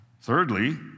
Thirdly